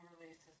releases